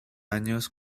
años